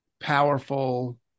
powerful